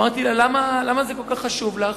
שאלתי אותה: למה זה כל כך חשוב לך?